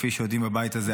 כפי שיודעים בבית הזה,